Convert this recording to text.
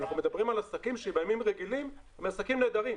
אנחנו מדברים על עסקים שבימים רגילים הם עסקים נהדרים.